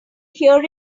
hear